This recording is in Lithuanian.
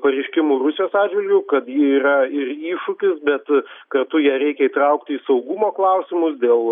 pareiškimų rusijos atžvilgiu kad ji yra ir iššūkis bet kartu ją reikia įtraukti į saugumo klausimus dėl